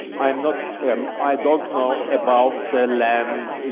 i'm not. um i don't know about the land,